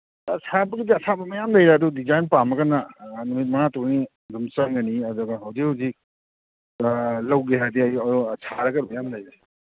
ꯁꯥꯕꯒꯤꯗꯤ ꯑꯁꯥꯕ ꯃꯌꯥꯝ ꯂꯩꯔꯦ ꯑꯗꯨ ꯗꯤꯖꯥꯏꯟ ꯄꯥꯝꯃꯒꯅ ꯅꯨꯃꯤꯠ ꯃꯉꯥ ꯇꯔꯨꯛꯅꯤ ꯑꯗꯨꯝ ꯆꯪꯒꯅꯤ ꯑꯗꯨꯒ ꯍꯧꯖꯤꯛ ꯍꯧꯖꯤꯛ ꯂꯧꯒꯦ ꯍꯥꯏꯔꯗꯤ ꯑꯩ ꯁꯥꯔꯒ ꯃꯌꯥꯝ ꯂꯩꯔꯦ